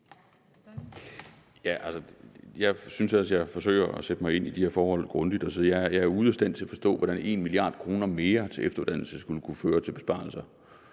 jeg synes ellers, jeg forsøger at sætte mig grundigt ind i de her forhold, men jeg er ude af stand til at forstå, hvordan 1 mia. kr. mere til efteruddannelse skulle kunne føre til besparelser,